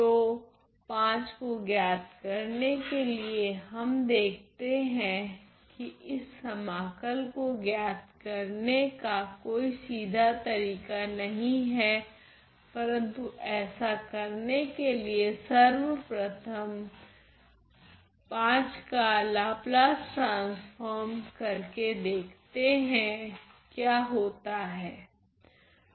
तो V को ज्ञात करने के लिए हम देखते है कि इस समाकल को ज्ञात करने का कोई सीधा तरीका नहीं हैं परंतु ऐसा करने के लिए सर्वप्रथम V का लाप्लास ट्रांसफोर्म करके देखते हैं क्या होता हैं